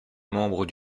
membre